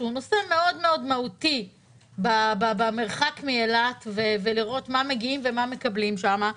שהוא נושא מאוד מאוד מהותי במרחק מאילת ולראות מה מגיעים ומה מקבלים שם.